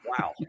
wow